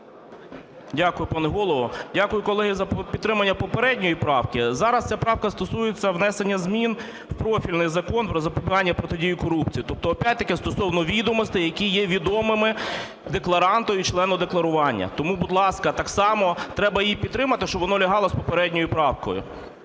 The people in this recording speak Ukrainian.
Дякую, пане Голово. Дякую, колеги, за підтримання попередньої правки. Зараз ця правка стосується внесення змін у профільний Закон про запобігання і протидії корупції, тобто опять-таки стосовно відомостей, які є відомими декларанту і члену декларування. Тому, будь ласка, так само треба її підтримати, щоб воно лягало з попередньою правкою.